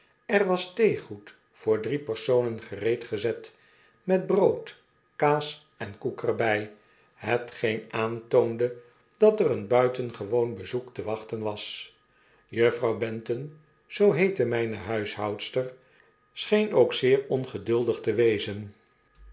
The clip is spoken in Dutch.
er was theegoed voor drie personen gereed gezet met brood kaas en koek er bij hetgeen aantoonde dat er een buitengewoon bezoek te wachten was juffrouw benton zoo heet myne huishoudster scheen ook zeer ongeduldig te wezen